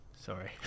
Sorry